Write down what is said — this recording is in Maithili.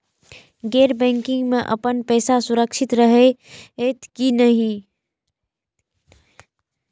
गैर बैकिंग में अपन पैसा सुरक्षित रहैत कि नहिं?